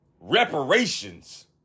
reparations